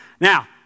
Now